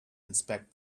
inspect